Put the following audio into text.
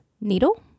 Needle